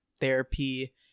therapy